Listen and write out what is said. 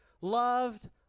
loved